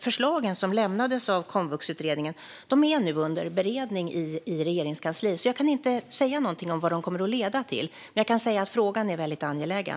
Förslagen som lämnades av utredningen är nu under beredning i Regeringskansliet, så jag kan inte säga någonting om vad de kommer att leda till. Jag kan dock säga att frågan är väldig angelägen.